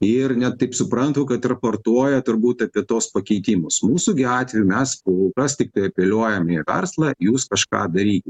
ir net taip suprantu kad raportuoja turbūt apie tuos pakeitimus mūsų gi atveju mes kol kas tiktai apeliuojame į verslą jūs kažką darykit